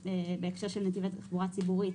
בהקשר של נתיבי תחבורה ציבורית,